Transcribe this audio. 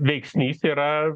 veiksnys yra